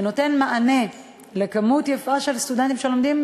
שנותן מענה למספר יפה של סטודנטים שלומדים,